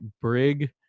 brig